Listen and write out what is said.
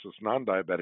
non-diabetic